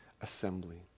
assembly